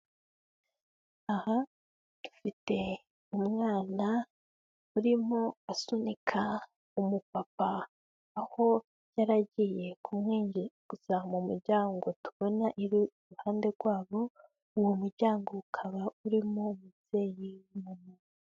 Aha bafite umwana urimo asunika umupapa, aho yari agiye kumwinjiza mu muryango tubona iruhande rwabo, uwo muryango ukaba urimo umubyeyi w'umumama.